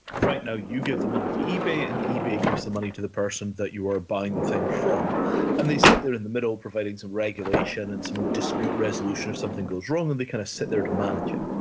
right now you give the money to ebay and ebay gives the money to the person that you are buying the thing from and they sit there in the middle providing some regulation and some dispute resolution if something goes wrong and they kind of sit there to manage it.